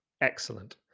Excellent